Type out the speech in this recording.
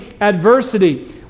adversity